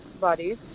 bodies